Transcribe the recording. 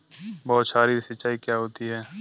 बौछारी सिंचाई क्या होती है?